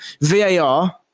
VAR